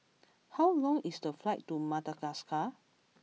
how long is the flight to Madagascar